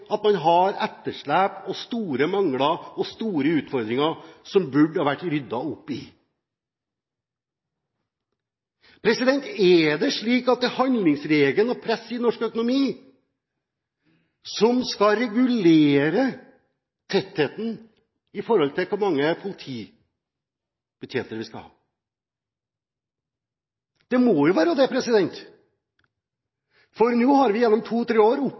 at man har etterslep og store mangler og store utfordringer som det burde ha vært ryddet opp i. Er det slik at det er handlingsregelen og press i norsk økonomi som skal regulere tettheten i forhold til hvor mange politibetjenter vi skal ha? Det må jo være det, for nå har vi gjennom to–tre år opplevd at man har hatt en nedbemanning i nesten samtlige politidistrikt. Responstiden går opp,